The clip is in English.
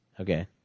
Okay